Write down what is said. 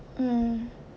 mm